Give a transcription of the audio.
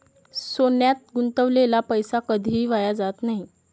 सोन्यात गुंतवलेला पैसा कधीही वाया जात नाही